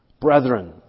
brethren